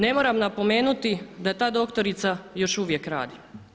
Ne moram napomenuti da doktorica još uvijek radi.